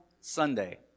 Sunday